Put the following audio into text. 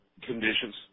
conditions